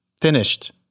Finished